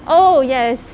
oh yes